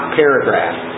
paragraph